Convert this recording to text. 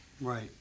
right